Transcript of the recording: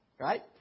Right